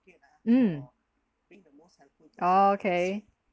mm oh okay